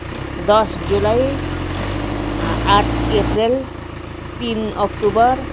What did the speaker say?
दस जुलाई आठ अप्रेल तिन अक्टोबर